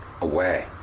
away